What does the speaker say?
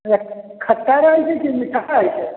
ई खट्टा रहै छै कि मीठा रहै छै